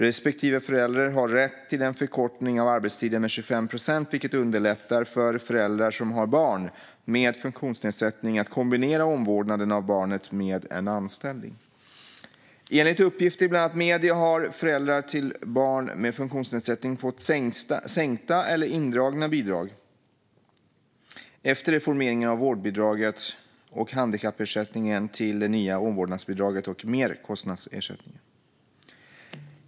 Respektive förälder har rätt till en förkortning av arbetstiden med 25 procent, vilket underlättar för föräldrar som har barn med funktionsnedsättning att kombinera omvårdnaden av barnet med en anställning. Enligt uppgifter i bland annat medier har föräldrar till barn med funktionsnedsättning fått sänkta eller indragna bidrag efter reformeringen av vårdbidraget och handikappersättningen till det nya omvårdnadsbidraget och merkostnadsersättningen.